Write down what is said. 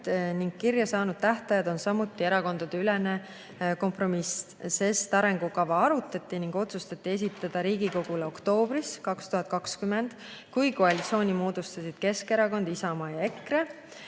ning kirja saanud tähtajad on samuti erakondadeülene kompromiss. Arengukava arutati ning otsustati esitada Riigikogule oktoobris 2020, kui koalitsiooni moodustasid Keskerakond, Isamaa ja EKRE.